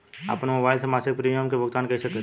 आपन मोबाइल से मसिक प्रिमियम के भुगतान कइसे करि?